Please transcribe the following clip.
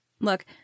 Look